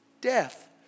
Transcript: death